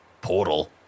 portal